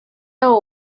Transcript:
aho